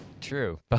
True